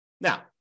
Now